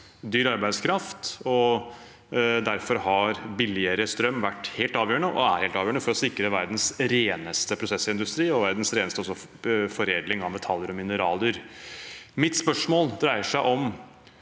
dyr arbeidskraft, og derfor har billigere strøm vært og er helt avgjørende for å sikre verdens reneste prosessindustri og også verdens reneste foredling av metaller og mineraler. Mitt spørsmål dreier seg om